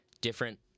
different